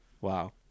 Wow